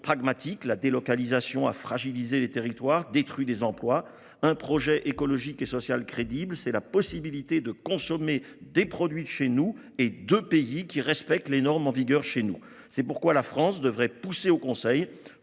pragmatiques : les délocalisations ont fragilisé des territoires et détruit des emplois. Un projet écologique et social crédible, c'est la possibilité de consommer des produits venant de chez nous et de pays qui respectent les normes en vigueur chez nous. C'est pourquoi la France devrait insister lors du Conseil